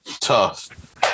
tough